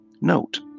Note